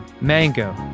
Mango